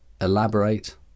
Elaborate